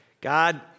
God